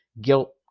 guilt